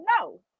No